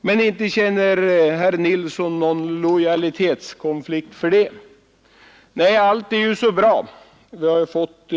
Men inte känner herr Nilsson någon lojalitetskonflikt för det. Nej allt är ju så bra enligt herr Nilsson. Vi har ju fått